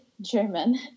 German